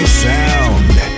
sound